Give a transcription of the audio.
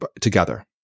together